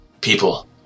people